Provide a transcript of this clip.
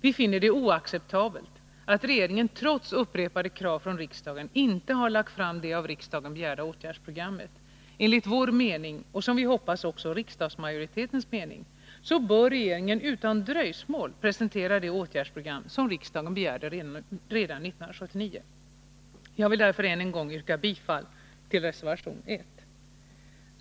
Vi finner det oacceptabelt att regeringen trots upprepade krav från riksdagen inte har lagt fram det av riksdagen begärda åtgärdsprogrammet. Enligt vår mening — och som vi hoppas också enligt riksdagsmajoritetens mening — bör regeringen utan dröjsmål presentera det åtgärdsprogram som riksdagen begärde redan 1979. Jag vill därför än en gång yrka bifall till reservation 1.